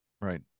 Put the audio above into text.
right